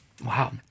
wow